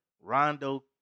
Rondo